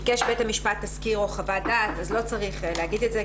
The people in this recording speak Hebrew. "ביקש בית המשפט תסקיר או חוות דעת" לא צריך להגיד את זה,